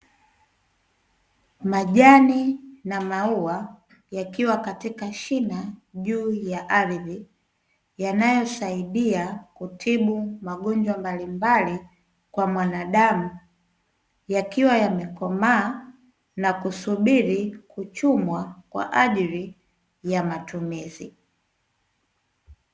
Majani na maua yakiwa katika shina juu ya ardhi, yanayo saidia kutibu magonjwa mbalimbali kwa mwanadamu. Yakiwa yamekomaa na kusubiri kuchumwa kwa ajili ya matumizi.